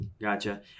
Gotcha